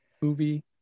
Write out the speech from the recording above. movie